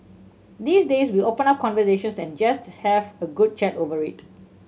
these days we open up conversations and just have a good chat over it